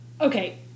Okay